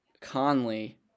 Conley